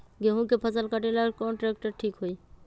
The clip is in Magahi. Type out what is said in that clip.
गेहूं के फसल कटेला कौन ट्रैक्टर ठीक होई?